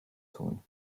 tun